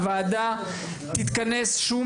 הוועדה תתכנס שוב